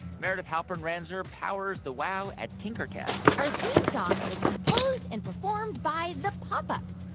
meredith halpern-ranzer powers the wow at tinkercast or theme song was composed and performed by the pop ups.